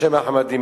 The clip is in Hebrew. בשם אחמדינג'אד.